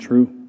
True